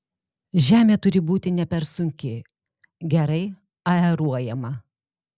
žemė turi būti ne per sunki gerai aeruojama